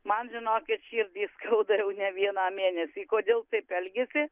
man žinokit širdį skauda jau ne vieną mėnesį kodėl taip elgiasi